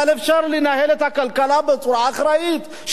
אבל אפשר לנהל את הכלכלה בצורה אחראית,